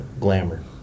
glamour